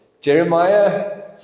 Jeremiah